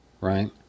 Right